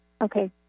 Okay